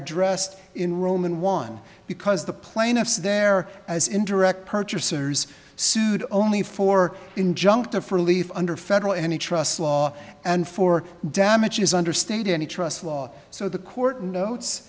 addressed in rome and one because the plaintiffs there as indirect purchasers sued only for injunctive relief under federal any trust law and for damages under state any trust law so the court notes